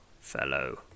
fellow